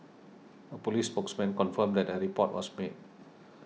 a police spokesman confirmed that a report was made